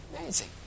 Amazing